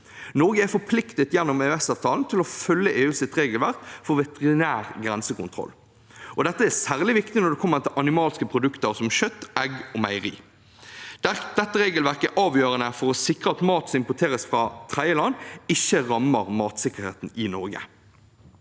Norge er forpliktet gjennom EØS-avtalen til å følge EUs regelverk for veterinær grensekontroll. Dette er særlig viktig når det gjelder animalske produkter som kjøtt, egg og meierivarer. Dette regelverket er avgjørende for å sikre at mat som importeres fra tredjeland, ikke rammer matsikkerheten i Norge.